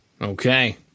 Okay